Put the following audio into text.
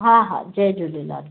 हा हा जय झूलेलाल